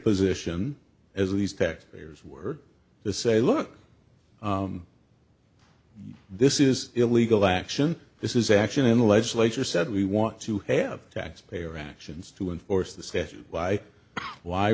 position as these tax payers were to say look this is illegal action this is action in the legislature said we want to have taxpayer actions to enforce the statute why why